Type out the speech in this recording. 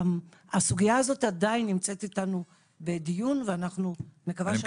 הסוגיה הזאת עדיין נמצאת אתנו בדיון ואני מקווה שהוא ימשיך.